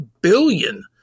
billion